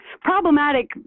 problematic